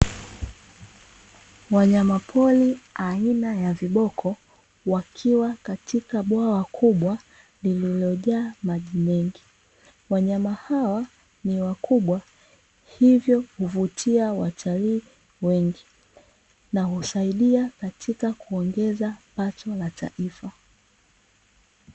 Wanyama pori aina ya viboko wakiwa katika bwawa kubwa lililojaa maji mengi, wanyama hawa ni wakubwa hivyo huvutia watalii wengi, na husaidia katika kuongeza pato la taifa.